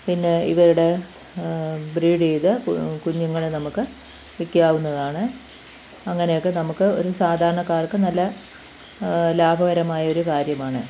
പിന്നെ ഇവയുടെ ബ്രീഡ് ചെയ്ത് കുഞ്ഞുങ്ങളെ നമുക്ക് വിൽക്കാവുന്നതാണ് അങ്ങനെയൊക്കെ നമുക്ക് ഒരു സാധാരണക്കാർക്ക് നല്ല ലാഭകരമായൊരു കാര്യമാണ്